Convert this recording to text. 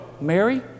Mary